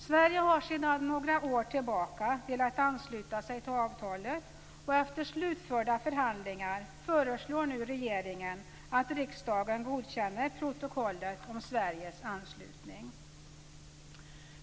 Sverige har sedan några år tillbaka velat ansluta sig till avtalet, och efter slutförda förhandlingar föreslår nu regeringen att riksdagen godkänner protokollet om Sveriges anslutning.